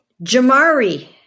Jamari